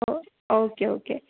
oh okay okay